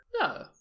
no